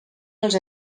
els